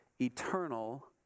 eternal